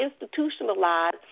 institutionalized